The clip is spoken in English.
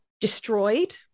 destroyed